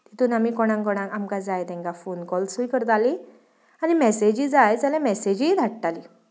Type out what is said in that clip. तितून आमी कोणांक कोणांक आमकां जाय तेंकां फोन कॉल्सूय करतालीं आनी मॅसेजी जाय जाल्या मॅसेजीय धाडटालीं